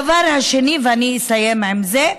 הדבר השני, ואני אסיים בזה,